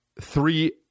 three